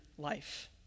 Life